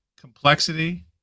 complexity